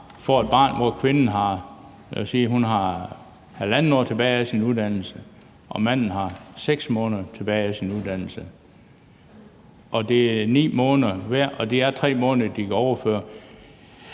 får et barn, når kvinden har halvandet år tilbage af sin uddannelse og manden har 6 måneder tilbage af sin uddannelse – og det er 9 måneder til hver, hvor det er 3 måneder, de kan overføre.